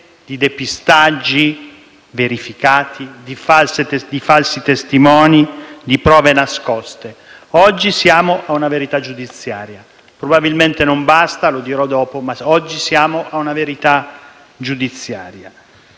di depistaggi verificati, di falsi testimoni, di prove nascoste. Oggi siamo a una verità giudiziaria, probabilmente non basta (lo dirò dopo) ma oggi siamo a una verità giudiziaria.